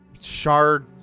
shard